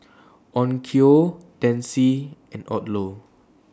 Onkyo Delsey and Odlo